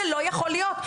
זה לא יכול להיות.